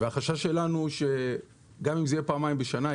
- והחשש שלנו הוא שגם אם זה יהיה פעמיים בשנה,